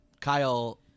kyle